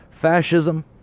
fascism